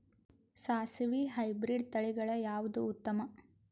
ಸಾಸಿವಿ ಹೈಬ್ರಿಡ್ ತಳಿಗಳ ಯಾವದು ಉತ್ತಮ?